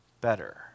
better